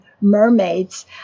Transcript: mermaids